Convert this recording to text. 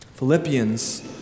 Philippians